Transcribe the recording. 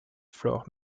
flour